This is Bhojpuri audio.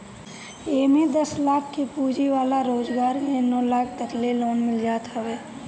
एमे दस लाख के पूंजी वाला रोजगार में नौ लाख तकले लोन मिल जात हवे